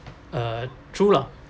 uh true lah